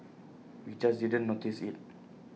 we just didn't notice IT